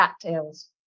cattails